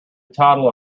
toddler